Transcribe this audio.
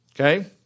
okay